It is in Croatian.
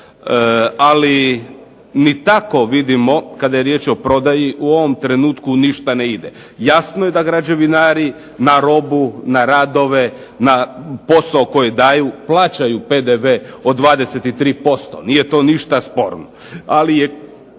Ali ni tako vidimo, kada je riječ o prodaji, u ovom trenutku ništa ne ide. Jasno je da građevinari na robu, na radove, na posao koji daju plaćaju PDV od 23%. Nije to ništa sporno.